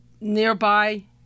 nearby